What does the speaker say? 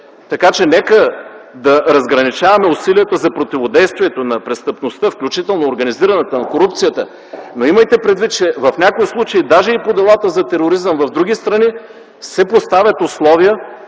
Така че нека да разграничаваме усилията за противодействието на престъпността, включително организираната, на корупцията, но имайте предвид, че в някои случаи, даже и по делата за тероризъм в други страни, се поставят условия